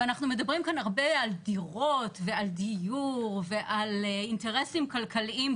ואנחנו מדברים כאן הרבה על דירות ועל דיור ועל אינטרסים כלכליים.